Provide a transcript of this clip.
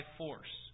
force